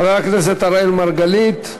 חבר הכנסת אראל מרגלית,